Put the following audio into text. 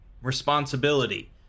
responsibility